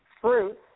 Fruits